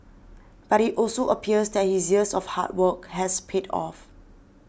but it also appears that his years of hard work has paid off